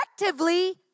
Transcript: effectively